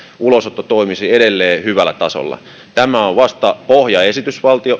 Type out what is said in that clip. ulosotto toimisi edelleen hyvällä tasolla tämä on vasta pohjaesitys